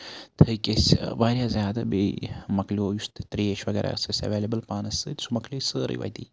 تہٕ تھٔکۍ أسۍ واریاہ زیادٕ بیٚیہِ مۄکلیو یُس تہِ تریس وغیرہ ٲسۍ اَسہِ ایویلیبٕل پانَس سۭتۍ سۄ مۄکلیے سٲرٕے وتی